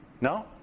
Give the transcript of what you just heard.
No